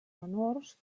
menors